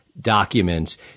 documents